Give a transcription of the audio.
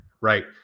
right